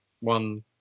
one